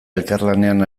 elkarlanean